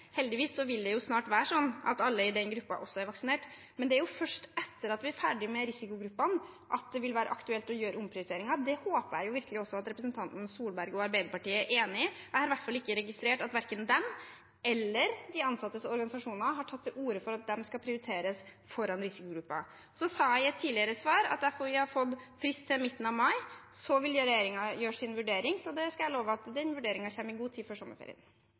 Heldigvis vil det snart være sånn at alle i den gruppa også er vaksinert, men det er først etter at vi er ferdige med risikogruppene, at det vil være aktuelt å gjøre omprioriteringer. Det håper jeg virkelig også representanten Solberg og Arbeiderpartiet er enig i. Jeg har i hvert fall ikke registrert at verken de eller de ansattes organisasjoner har tatt til orde for at de skal prioriteres foran risikogruppene. Så sa jeg i et tidligere svar at FHI har fått frist til midten av mai. Da vil regjeringen gjøre sin vurdering, og jeg kan love at den vurderingen kommer i god tid før sommerferien.